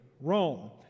Rome